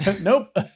Nope